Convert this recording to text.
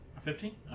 Fifteen